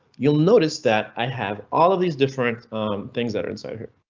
you'll notice that i have all of these different things that are inside here.